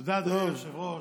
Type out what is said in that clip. תודה, אדוני היושב-ראש.